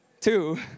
two